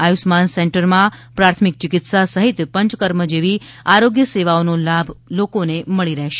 આ આયુષ્યમાન સેન્ટરમાં પ્રાથમિક ચિકિત્સા સહિત પંચકર્મ જેવી આરોગ્ય સેવાઓનો લાભ મળી રહેશે